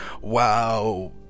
wow